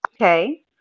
Okay